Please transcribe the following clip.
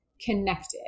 connected